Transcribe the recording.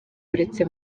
uretse